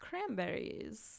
cranberries